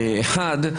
דבר אחד,